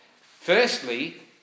Firstly